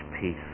peace